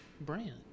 brand